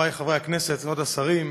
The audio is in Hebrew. חבריי חברי הכנסת, כבוד השרים,